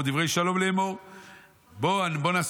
שהוא מנסה